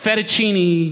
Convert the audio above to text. Fettuccine